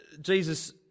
Jesus